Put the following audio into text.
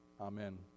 Amen